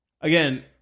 again